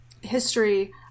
history